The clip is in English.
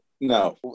no